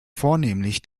vornehmlich